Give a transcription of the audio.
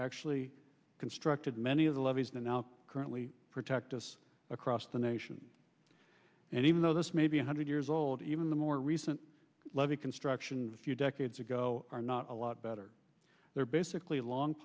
actually constructed many of the levees now currently protect us across the nation and even though this may be one hundred years old even the more recent levee construction a few decades ago are not a lot better they're basically long